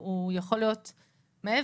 הוא יכול להיות מעבר.